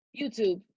YouTube